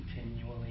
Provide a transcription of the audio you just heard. continually